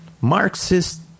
Marxist